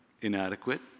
inadequate